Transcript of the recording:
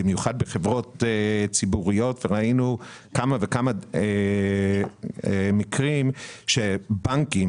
במיוחד בחברות ציבוריות ראינו כמה וכמה מקרים שבנקים